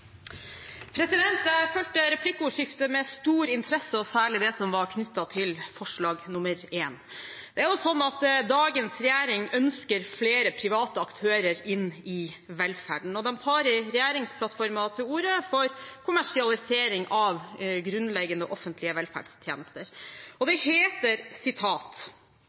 minutter. Jeg fulgte replikkordskiftet med stor interesse, særlig det som var knyttet til forslag 1. Dagens regjering ønsker flere private aktører inn i velferden, og de tar i regjeringsplattformen til orde for kommersialisering av grunnleggende offentlige velferdstjenester. Det heter